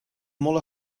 molt